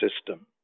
system